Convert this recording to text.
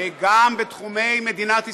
וגם בתחומי מדינת ישראל.